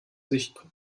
sich